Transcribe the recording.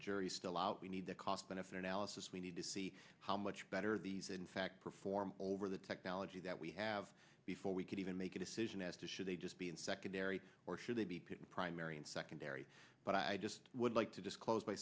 the jury's still out we need the cost benefit analysis we need to see how much better these in fact perform over the technology that we have before we could even make a decision as to should they just be in secondary or should they be primary and secondary but i just would like to disclose by